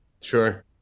Sure